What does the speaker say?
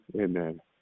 amen